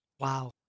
Wow